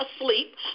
asleep